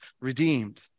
redeemed